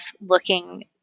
looking